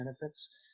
benefits